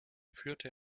führte